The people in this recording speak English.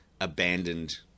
abandoned